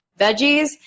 veggies